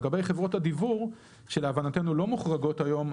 לגבי חברות הדיוור שלהבנתנו לא מוחרגות היום,